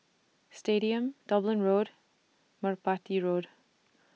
Stadium Dublin Road Merpati Road